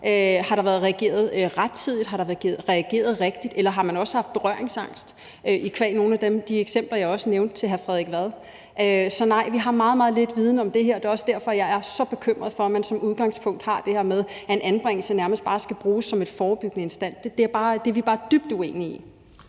Har der været reageret rettidigt, har der været reageret rigtigt, eller har man også haft berøringsangst, jævnfør nogle af de eksempler, jeg også nævnte over for hr. Frederik Vad? Så nej, vi har meget, meget lidt viden om det her, og det er også derfor, jeg er så bekymret for, at man som udgangspunkt har det her med, at en anbringelse nærmest bare skal bruges som en forebyggende foranstaltning. Det er vi bare dybt uenige i.